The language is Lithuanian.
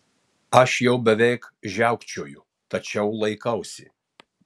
aš jau beveik žiaukčioju tačiau laikausi